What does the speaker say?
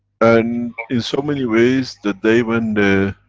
and in so many ways, the day when the